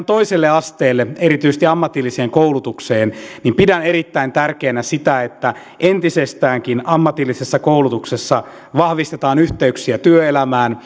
toiselle asteelle erityisesti ammatilliseen koulutukseen niin pidän erittäin tärkeänä sitä että entisestäänkin ammatillisessa koulutuksessa vahvistetaan yhteyksiä työelämään